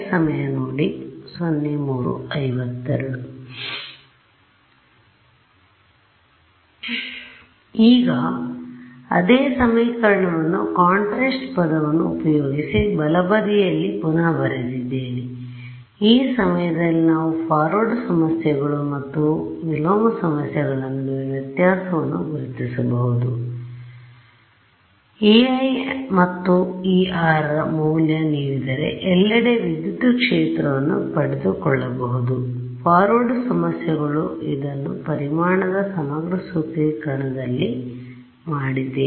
ಆದ್ದರಿಂದ ಈಗ ಅದೇ ಸಮೀಕರಣವನ್ನು ಕಾಂಟ್ರಾಸ್ಟ್ ಪದವನ್ನು ಉಪಯೋಗಿಸಿ ಬಲಬದಿಯಲ್ಲಿ ಪುನಃ ಬರೆದಿದ್ದೇನೆಈ ಸಮಯದಲ್ಲಿ ನಾವು ಫಾರ್ವರ್ಡ್ ಸಮಸ್ಯೆಗಳು ಮತ್ತು ವಿಲೋಮ ಸಮಸ್ಯೆಗಳ ನಡುವಿನ ವ್ಯತ್ಯಾಸವನ್ನು ಗುರುತಿಸಬಹುದು ಆದರೆ Ei and εr ರ ಮೌಲ್ಯ ನೀಡಿದರೆ ಎಲ್ಲೆಡೆ ವಿದ್ಯುತ್ ಕ್ಷೇತ್ರವನ್ನು ಪಡೆದುಕೊಳ್ಳಬಹುದು ಫಾರ್ವರ್ಡ್ ಸಮಸ್ಯೆಗಳುಇದನ್ನು ಪರಿಮಾಣದ ಸಮಗ್ರ ಸೂತ್ರೀಕರಣದಲ್ಲಿ ಮಾಡಿದ್ದೇವೆ